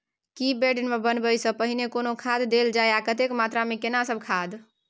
की bed बनबै सॅ पहिने कोनो खाद देल जाय आ कतेक मात्रा मे केना सब खाद?